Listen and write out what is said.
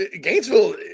Gainesville